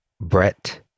Brett